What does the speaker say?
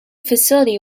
facility